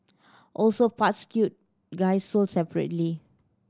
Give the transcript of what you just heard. also parts cute guy sold separately